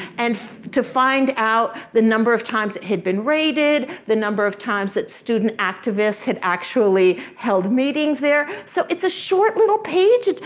and to find out the number of times it had been raided, the number of times that student activists had actually held meetings there. so it's a short little page.